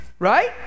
Right